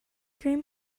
cream